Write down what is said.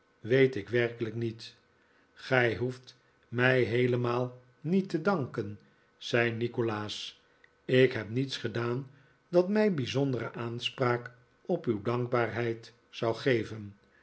weet ik werkelijk niet gij hoeft mij heelemaal niet te danken zei nikolaas ik heb niets gedaan dat mij bijzondere aanspraak op uw dankbaarheid zou geven